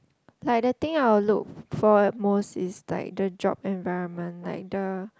like the thing I will look for most is like the job environment like the